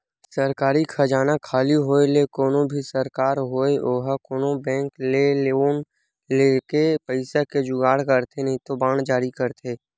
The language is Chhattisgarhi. सरकारी खजाना खाली होय ले कोनो भी सरकार होय ओहा कोनो बेंक ले लोन लेके पइसा के जुगाड़ करथे नइते बांड जारी करथे